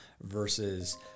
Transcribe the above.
versus